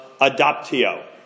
adoptio